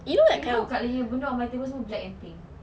you know kak benda semua dekat my table black and pink